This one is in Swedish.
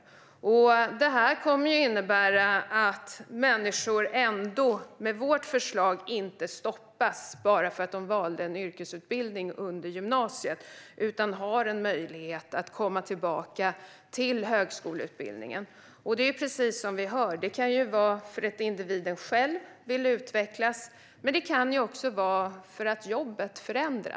Vårt förslag kommer att innebära att människor inte stoppas bara för att de valde en yrkesutbildning under gymnasiet. De har en möjlighet att komma tillbaka till högskoleutbildningen. Det kan, precis som vi hör, vara för att individen själv vill utvecklas. Men det kan också vara för att jobbet förändras.